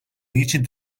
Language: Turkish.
niçin